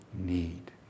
need